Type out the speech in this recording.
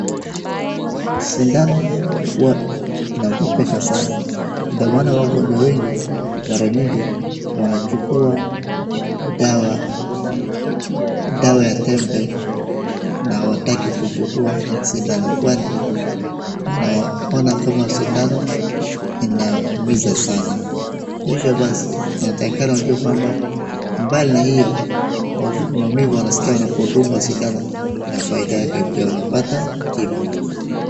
Sindano huwa inaogopesha sana ndo maana wagonjwa wengi mara nyingi wanachukua dawa, dawa ya tembe na hawataki kuchukua sindano kwani wanaona kama sindano inaumiza sana . Hivyo basi wanatakikana wajue kwamba, mbali na hiyo maaumivu wanaskia wanapodungwa sindano na faida yake pia wanapata tiba.